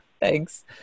Thanks